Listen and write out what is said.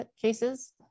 cases